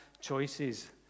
choices